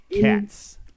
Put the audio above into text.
cats